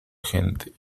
gente